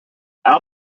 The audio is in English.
out